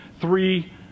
three